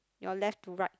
your left to right